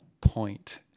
point